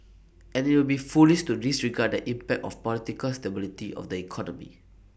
and IT would be foolish to disregard impact of political stability of the economy